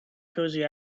cozy